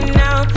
now